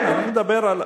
כן, אני מדבר על,